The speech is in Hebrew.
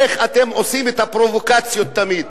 איך אתם עושים את הפרובוקציות תמיד.